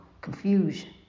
confusion